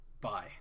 Bye